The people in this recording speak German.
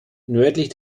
nördlich